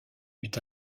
eut